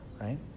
right